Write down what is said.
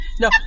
No